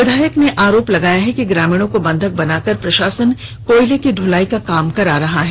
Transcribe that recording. विधायक ने आरोप लगाया है कि ग्रामीणों को बंधक बनाकर प्रशासन कोयले की दुलाई का काम करवा रहा है